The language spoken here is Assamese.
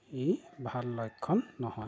ই ভাল লক্ষণ নহয়